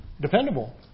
dependable